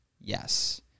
Yes